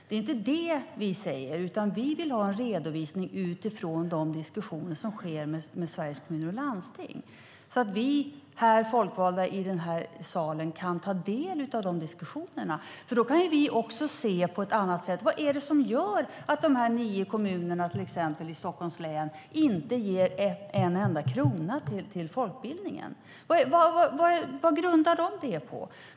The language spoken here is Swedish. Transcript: Det är inte det vi säger, utan vi vill ha en redovisning utifrån de diskussioner som sker med Sveriges Kommuner och Landsting så att vi folkvalda i den här salen kan ta del av dem. Då kan vi också se exempelvis vad det är som gör att de tio kommunerna i Stockholms län inte ger en enda krona till folkbildningen. Vad grundar de det på?